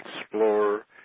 Explorer